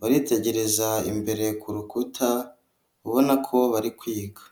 baritegereza imbere ku rukuta ubona ko bari kwiga.